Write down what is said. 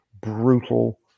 brutal